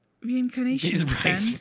reincarnation